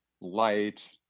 light